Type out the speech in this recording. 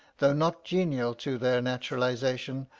though not genial to their naturalisation,